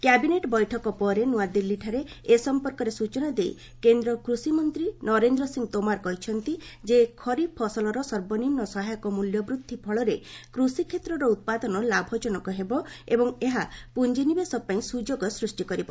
cabinet ବୈଠକ ପରେ ନୂଆଦିଲ୍ଲୀଠାରେ ଏ ସମ୍ପର୍କରେ ସୂଚନା ଦେଇ କେନ୍ଦ୍ର କୃଷି ନରେନ୍ଦ୍ର ସିଂ ତୋମର କହିଛନ୍ତି ଯେ ଖରିଫ ଫସଲର ସର୍ବନିମ୍ନ ସହାୟକ ମୂଲ୍ୟବୃଦ୍ଧି ଫଳରେ କୃଷି କ୍ଷେତ୍ରର ଉତ୍ପାଦନ ଲାଭଜନକ ହେବ ଏବଂ ଏହା ପୁଞ୍ଜିନିବେଶ ପାଇଁ ସୁଯୋଗ ସୃଷ୍ଟି କରିବ